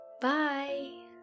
Bye